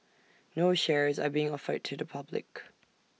no shares are being offered to the public